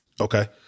Okay